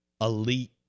elite